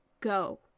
go